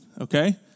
okay